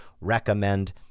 recommend